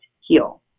heal